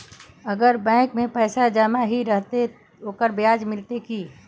अगर खाता में पैसा जमा ही रहते ते ओकर ब्याज बढ़ते की?